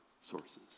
sources